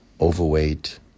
overweight